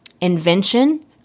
invention